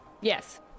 Yes